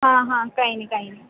હાં હાં કાંઈ નઈ કાંઈ નઈ